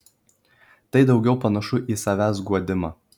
tai daugiau panašu į savęs guodimą